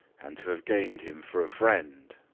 and to have gained him for a friend,